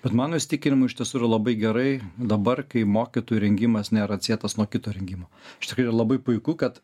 bet mano įsitikinimu iš tiesų yra labai gerai dabar kai mokytojų rengimas nėra atsietas nuo kito rengimo iš tikrųjų yra labai puiku kad